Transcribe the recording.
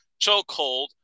chokehold